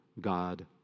God